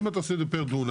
אם אתה עושה את זה פר דונם,